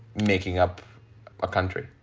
making up a country